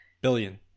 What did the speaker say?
Billion